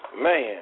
Man